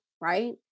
Right